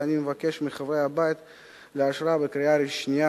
ואני מבקש מחברי הבית לאשרה בקריאה שנייה